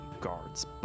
guard's